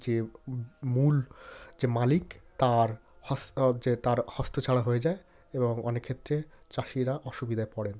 যে মূল যে মালিক তার যে তার হস্ত ছাড়া হয়ে যায় এবং অনেক ক্ষেত্রে চাষিরা অসুবিধায় পড়েন